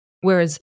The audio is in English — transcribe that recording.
Whereas